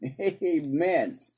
Amen